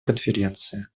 конференции